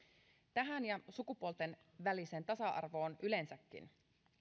tähän ja sukupuolten väliseen tasa arvoon yleensäkin